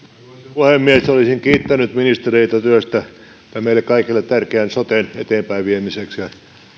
puhemies olisin kiittänyt ministereitä työstä meille kaikille tärkeän soten eteenpäinviemiseksi